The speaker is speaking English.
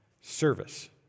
service